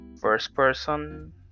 first-person